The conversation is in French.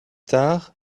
tard